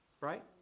Right